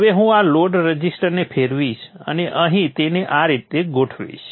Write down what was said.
હવે હું આ લોડ રઝિસ્ટરને ફેરવીશ અને અહીં તેને આ રીતે ગોઠવીશ